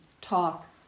talk